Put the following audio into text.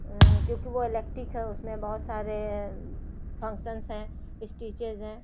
کیونکہ وہ الیکٹرک ہے اس میں بہت سارے فنکسنس ہیں اسٹیچز ہیں